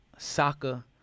Soccer